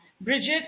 Bridget